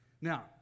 Now